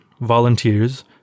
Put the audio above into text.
volunteers